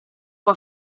può